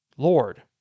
Lord